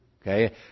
Okay